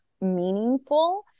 meaningful